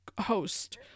host